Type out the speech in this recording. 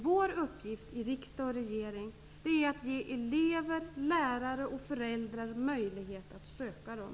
Vår uppgift i riksdag och regering är att ge elever, lärare och föräldrar möjlighet att söka dem.